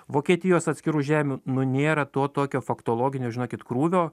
vokietijos atskirų žemių nu nėra to tokio faktologinio žinokit krūvio